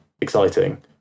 exciting